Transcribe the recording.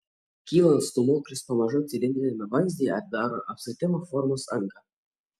kylant stūmoklis pamažu cilindriniame vamzdyje atidaro apskritimo formos angą